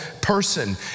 person